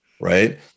right